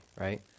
Right